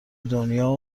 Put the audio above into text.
دنیا